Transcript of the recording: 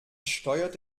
steuert